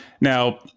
Now